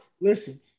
listen